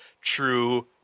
true